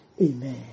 Amen